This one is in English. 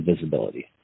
visibility